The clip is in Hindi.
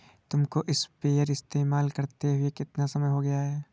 तुमको स्प्रेयर इस्तेमाल करते हुआ कितना समय हो गया है?